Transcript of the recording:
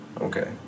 Okay